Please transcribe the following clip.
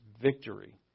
victory